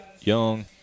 Young